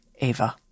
Ava